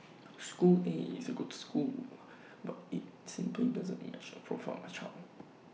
school A is A good school but IT simply doesn't match the profile of my child